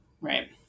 right